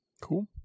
Cool